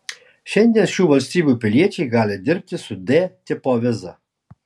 šiandien šių valstybių piliečiai gali dirbti su d tipo viza